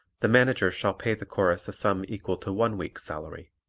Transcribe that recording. the manager shall pay the chorus a sum equal to one week's salary.